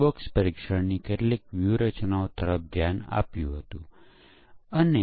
programme elements નિવેદનો અથવા શરતો અથવા કોઈ જંપ વગેરે હોઈ શકે છે